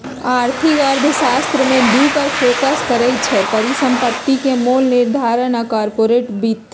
आर्थिक अर्थशास्त्र में दू पर फोकस करइ छै, परिसंपत्ति के मोल निर्धारण आऽ कारपोरेट वित्त